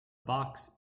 box